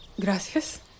Gracias